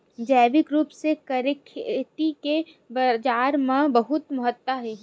जैविक रूप से करे खेती के बाजार मा बहुत महत्ता हे